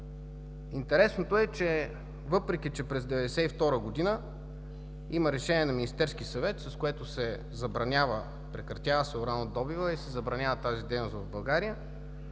Интересното е, че, въпреки че през 1992 г. има решение на Министерския съвет, с което се прекратява уранодобивът и се забранява тази дейност в България,